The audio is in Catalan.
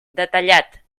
detallat